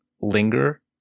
linger